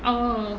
oh